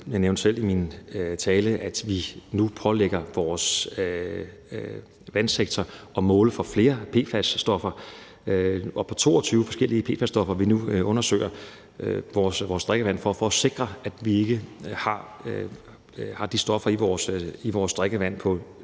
Jeg nævnte selv i min tale, at vi nu pålægger vores vandsektor at måle for flere PFAS-stoffer. Det er 22 forskellige PFAS-stoffer, vi nu undersøger vores drikkevand for for at sikre, at vi ikke har de stoffer i vores drikkevand på niveauer,